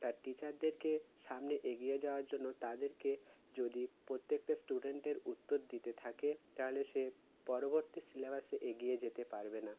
তার টিচারদেরকে সামনে এগিয়ে যাওয়ার জন্য তাদেরকে যদি প্রত্যেকটা স্টুডেন্টের উত্তর দিতে থাকে তাহলে সে পরবর্তী সিলেবাসে এগিয়ে যেতে পারবে না